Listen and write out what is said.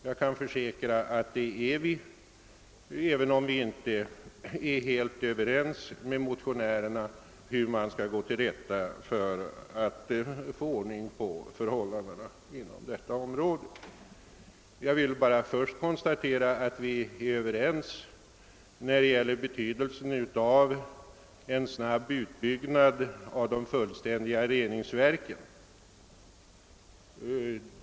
Jag kan försäkra att så är fallet, även om vi inte är helt överens med motionärerna om hur man skall gå till väga för att få ordning på förhållandena inom detta område. Jag vill bara först konstatera att vi är överens om betydelsen av en snabb utbyggnad av de fullständiga reningsverken.